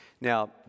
Now